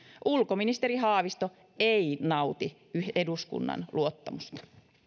ulkoministeri haavisto ei nauti eduskunnan luottamusta